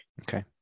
Okay